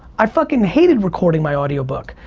i fucking hated recording my audiobook.